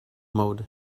mode